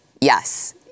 Yes